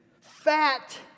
fat